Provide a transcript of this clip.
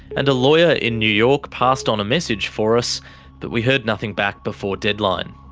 and a lawyer in new york passed on a message for us but we heard nothing back before deadline.